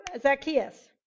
Zacchaeus